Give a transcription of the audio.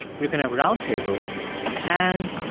you can have roundtables and.